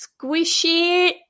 squishy